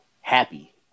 happy